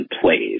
plays